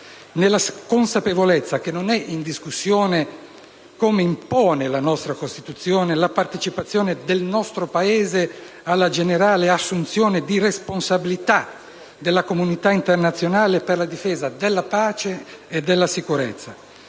nella consapevolezza che non è in discussione, come impone la nostra Costituzione, la partecipazione del nostro Paese alla generale assunzione di responsabilità della comunità internazionale per la difesa della pace e della sicurezza.